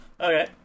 Okay